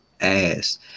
ass